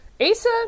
Asa